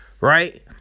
right